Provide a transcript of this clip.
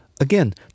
Again